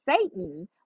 Satan